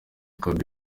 kabila